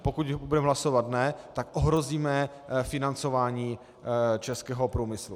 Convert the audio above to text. Pokud budeme hlasovat ne, ohrozíme financování českého průmyslu.